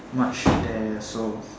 much there so